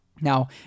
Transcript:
Now